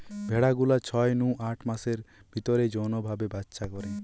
ভেড়া গুলা ছয় নু আট মাসের ভিতরেই যৌন ভাবে বাচ্চা করে